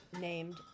named